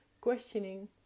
questioning